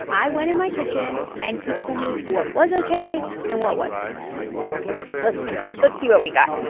i went in my kitchen, and he told me what was ok and what wasn't ok. let's let's see what we got.